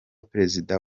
perezida